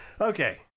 Okay